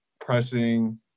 pressing